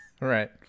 Right